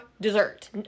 dessert